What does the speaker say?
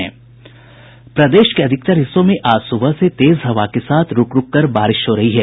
प्रदेश के अधिकतर हिस्सों में आज सुबह से तेज हवा के साथ रूक रूक कर बारिश हो रही है